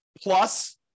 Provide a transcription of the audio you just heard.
Plus